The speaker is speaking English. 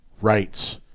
rights